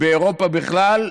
באירופה בכלל,